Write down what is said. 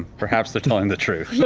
perhaps they're telling the truth. yeah